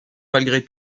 malgré